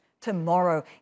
tomorrow